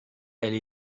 elle